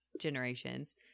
generations